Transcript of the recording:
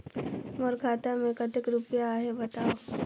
मोर खाता मे कतेक रुपिया आहे बताव?